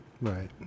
Right